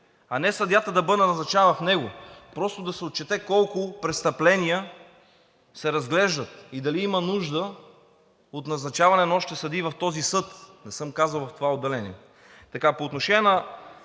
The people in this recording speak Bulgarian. а не съдията да бъде назначаван в него. Просто да се отчете колко престъпления се разглеждат и дали има нужда от назначаване на още съдии в този съд, а не съм казал в това отделение.